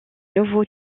nouveaux